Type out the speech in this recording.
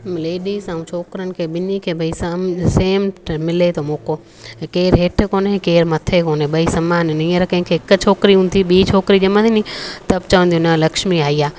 ladies ऐं छोकिरनि खे ॿिनि खे भई साम सेम मिले थो मौक़ो केरु हेठि कोने केरु मथे कोने ॿई समानु हिन हींअर कंहिंखे हिकु छोकिरी हूंदी ॿीं छोकिरी ॼमंदी नी त बि चवंदियूं न लक्ष्मी आई आहे